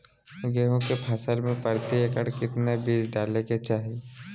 गेहूं के फसल में प्रति एकड़ कितना बीज डाले के चाहि?